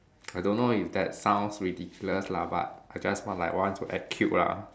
I don't know if that sounds ridiculous lah but I just want like want to act cute lah